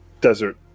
Desert